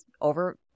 over